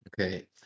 Okay